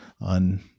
on